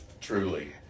truly